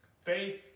Faith